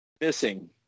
missing